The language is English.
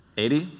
eighty